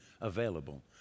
available